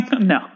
No